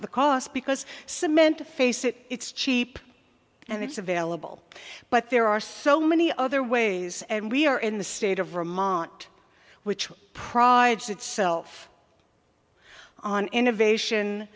the cost because cement to face it it's cheap and it's available but there are so many other ways and we are in the state of vermont which prides itself on innovation